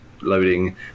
loading